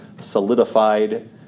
solidified